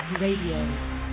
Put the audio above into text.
Radio